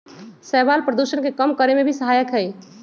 शैवाल प्रदूषण के कम करे में भी सहायक हई